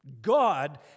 God